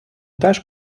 теж